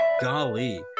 golly